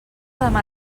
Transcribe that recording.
demà